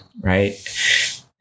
Right